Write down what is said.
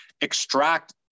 extract